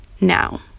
now